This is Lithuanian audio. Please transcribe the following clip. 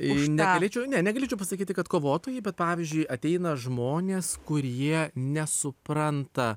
negalėčiau ne negalėčiau pasakyti kad kovotojai bet pavyzdžiui ateina žmonės kurie nesupranta